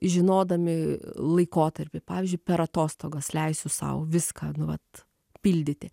žinodami laikotarpį pavyzdžiui per atostogas leisiu sau viską nu vat pildyti